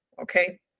okay